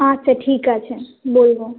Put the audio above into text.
আচ্ছা ঠিক আছে বলবো